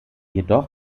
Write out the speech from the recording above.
jedoch